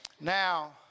Now